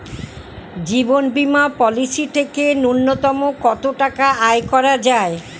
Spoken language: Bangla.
জীবন বীমা পলিসি থেকে ন্যূনতম কত টাকা আয় করা যায়?